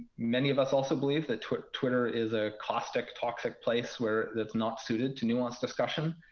many of us also believe that twitter twitter is a caustic, toxic place where it's not suited to nuanced discussion.